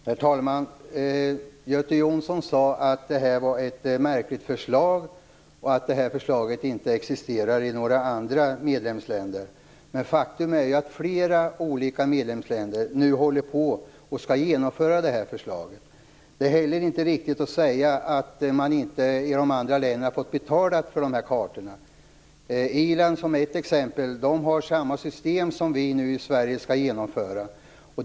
Herr talman! Göte Jonsson sade att detta var ett märkligt förslag och att detta förslag inte existerar i några andra medlemsländer, men faktum är att flera olika medlemsländer nu håller på och skall genomföra detta förslag. Det är heller inte riktigt att säga att man inte i de andra länderna har fått betala för kartorna. Irland t.ex. har samma system som vi i Sverige nu skall genomföra.